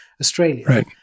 Australia